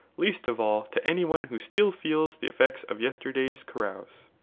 least of all to any one who still feels the effects of yesterday's carouse.